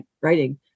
writing